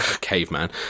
caveman